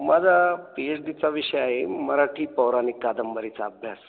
माझा P H डीचा विषय आहे मराठी पौराणिक कादंबरीचा अभ्यास